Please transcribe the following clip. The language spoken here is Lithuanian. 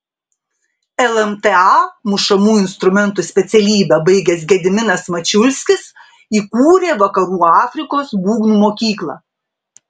lmta mušamųjų instrumentų specialybę baigęs gediminas mačiulskis įkūrė vakarų afrikos būgnų mokyklą